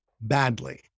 badly